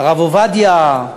הרב עובדיה,